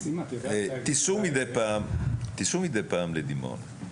תיסעו מידי פעם לדימונה.